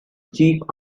chief